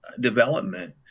development